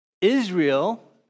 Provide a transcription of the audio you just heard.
Israel